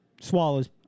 Swallows